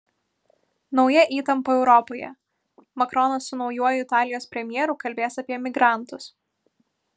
nauja įtampa europoje makronas su naujuoju italijos premjeru kalbės apie migrantus